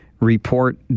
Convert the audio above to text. report